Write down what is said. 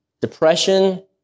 depression